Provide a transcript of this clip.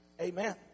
Amen